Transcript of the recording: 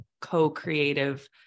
co-creative